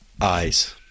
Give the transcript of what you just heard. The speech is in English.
Eyes